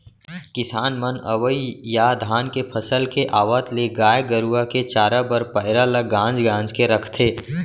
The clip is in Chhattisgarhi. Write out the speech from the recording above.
किसान मन अवइ या धान के फसल के आवत ले गाय गरूवा के चारा बस पैरा ल गांज गांज के रखथें